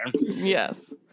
yes